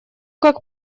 как